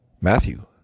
Matthew